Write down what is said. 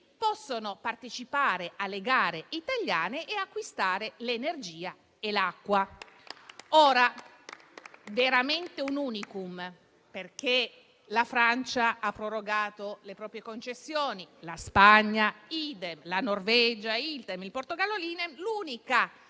possano partecipare alle gare italiane e acquistare l'energia e l'acqua. È veramente un *unicum*, perché la Francia ha prorogato le proprie concessioni, la Spagna *idem*, la Norvegia *idem*, il Portogallo *idem*.